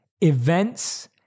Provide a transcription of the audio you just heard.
events